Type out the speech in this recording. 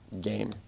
game